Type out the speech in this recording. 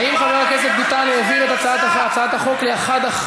האם חבר הכנסת ביטן העביר את הצעת החוק לאחד,